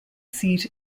seat